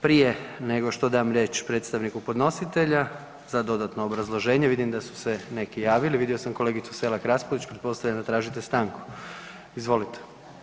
Prije nego što dam riječ predstavniku podnositelja za dodatno obrazloženje, vidim da su se neki javili, vidio sam kolegicu Selak Raspudić, pretpostavljam da tražite stanku, izvolite.